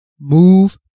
move